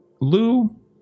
Lou